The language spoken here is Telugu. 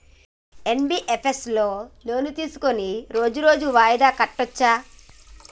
ఎన్.బి.ఎఫ్.ఎస్ లో లోన్ తీస్కొని రోజు రోజు వాయిదా కట్టచ్ఛా?